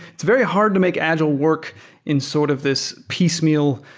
it's very hard to make agile work in sort of this piecemeal,